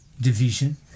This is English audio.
division